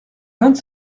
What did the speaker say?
vingt